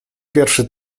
pierwszy